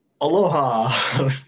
Aloha